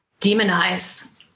demonize